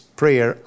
prayer